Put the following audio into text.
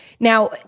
Now